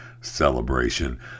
celebration